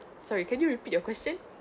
sorry can you repeat your question